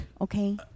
Okay